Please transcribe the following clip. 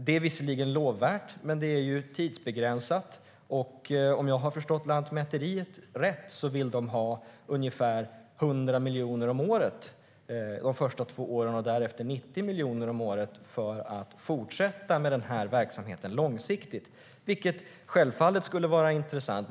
Det är visserligen lovvärt, men det är tidsbegränsat. Om jag har förstått Lantmäteriet rätt vill de ha ungefär 100 miljoner om året de första två åren och därefter 90 miljoner om året för att fortsätta med denna verksamhet långsiktigt, vilket självfallet skulle vara intressant.